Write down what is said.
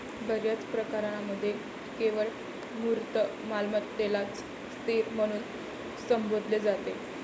बर्याच प्रकरणांमध्ये केवळ मूर्त मालमत्तेलाच स्थिर म्हणून संबोधले जाते